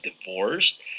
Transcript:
divorced